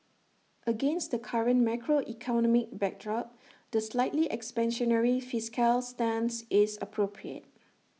against the current macroeconomic backdrop the slightly expansionary fiscal stance is appropriate